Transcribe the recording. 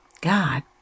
God